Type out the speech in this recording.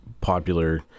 popular